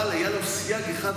אבל היה לו סייג אחד,